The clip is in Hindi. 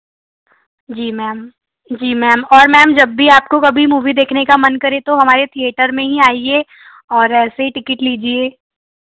जी मैम जी मैम और मैम जब भी आपको कभी मूवी देखने का मन करे तो हमारे थिएटर में ही आईए और ऐसे ही टिकिट लीजिए